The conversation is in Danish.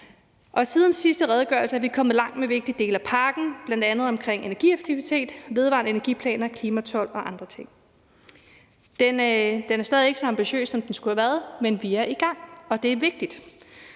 og siden sidste redegørelse er vi kommet langt med vigtige dele af pakken, bl.a. omkring energieffektivitet, vedvarende energi-planer, klimatold og andre ting. Den er stadig ikke så ambitiøs, som den skulle have været, men vi er i gang, og det er vigtigt.